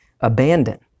abandon